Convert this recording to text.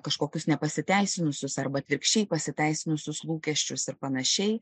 kažkokius nepasiteisinusius arba atvirkščiai pasiteisinusius lūkesčius ir panašiai